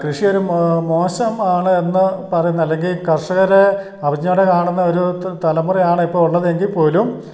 കൃഷിയൊരു മോശം ആണ് എന്നു പറയുന്ന അല്ലെങ്കിൽ കർഷകരേ അവജ്ഞയോടെ കാണുന്ന ഒരു തലമുറയാണ് ഇപ്പോൾ ഉള്ളതെങ്കിൽപ്പോലും